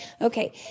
Okay